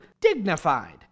dignified